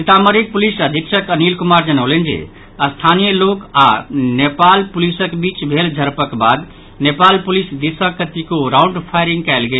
सीतामढ़ीक police अधीक्षक अनिल कुमार जनौलनि जे स्थानीय लोक आओर नेपाल पुलिसक बीच भेल झड़पक बाद नेपाल पुलिस दिस सँ कतेको राउंड फायरिंग कयल गेल